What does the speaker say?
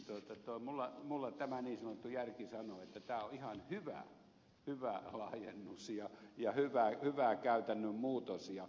mutta tässä tapauksessa minulla tämä niin sanottu järki sanoo että tämä on ihan hyvä laajennus ja hyvä käytännön muutos